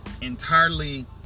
entirely